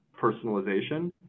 personalization